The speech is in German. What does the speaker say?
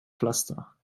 pflaster